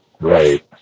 Right